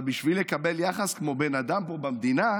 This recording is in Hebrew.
/ אבל בשביל לקבל יחס כמו בן אדם פה במדינה,